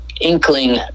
inkling